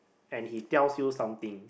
and he tells you something